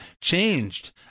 changed